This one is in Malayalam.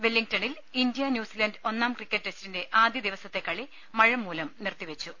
വെല്ലിങ്ടണിൽ ഇന്ത്യ ന്യൂസിലാന്റ് ഒന്നാം ക്രിക്കറ്റ് ടെസ്റ്റിന്റെ ആദ്യ ദിവസത്തെ കളി മഴ മൂലം നിർത്തിവെച്ചു